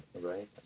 right